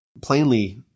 Plainly